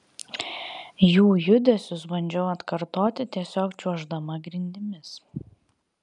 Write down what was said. jų judesius bandžiau atkartoti tiesiog čiuoždama grindimis